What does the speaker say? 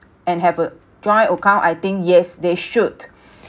and have a joint account I think yes they should